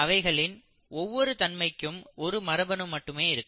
அவைகளின் ஒவ்வொரு தன்மைக்கும் ஒரு மரபணு மட்டுமே இருக்கும்